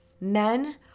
Men